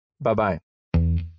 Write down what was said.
bye-bye